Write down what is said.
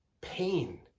pain